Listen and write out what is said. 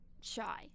shy